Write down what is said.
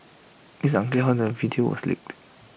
it's unclear how the video was leaked